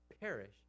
perish